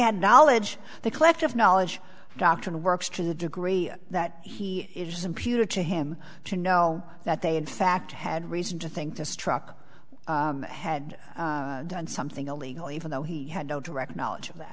had knowledge the collective knowledge doctrine works to the degree that he is imputed to him to know that they in fact had reason to think this truck had done something illegal even though he had no direct knowledge of that